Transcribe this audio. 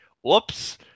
Whoops